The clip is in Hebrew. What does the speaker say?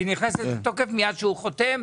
היא נכנסת לתוקף מיד כשהוא חותם.